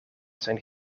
zijn